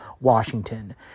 Washington